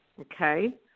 Okay